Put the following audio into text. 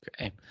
Okay